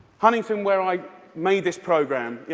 huntington, where i made this program,